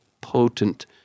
potent